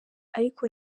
ariko